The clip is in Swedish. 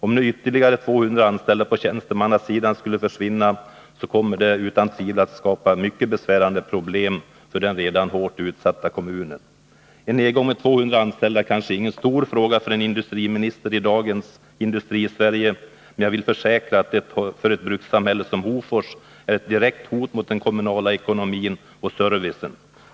Om nu ytterligare 200 anställda på tjänstemannasidan skulle försvinna, så kommer detta att skapa mycket besvärande problem för den redan hårt utsatta kommunen. En nedgång med 200 anställda är kanske ingen stor fråga för en industriminister i dagens Industrisverige, men jag vill försäkra att det för ett brukssamhälle som Hofors är ett direkt hot mot den kommunala ekonomin och servicen.